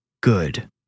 Good